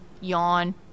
Yawn